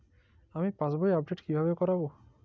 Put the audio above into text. আমি পাসবই আপডেট কিভাবে করাব?